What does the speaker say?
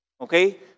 Okay